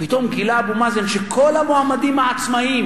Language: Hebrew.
פתאום גילה אבו מאזן שכל המועמדים העצמאים